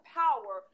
power